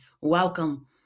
welcome